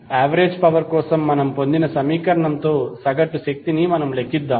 average power కోసం మనం పొందిన సమీకరణంతో సగటు శక్తిని లెక్కిద్దాం